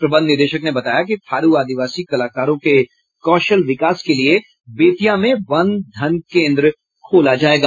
प्रबंध निदेशक ने बताया कि थारू आदिवासी कलाकारों के कौशल विकास के लिये बेतिया में वन धन केन्द्र खोला जायेगा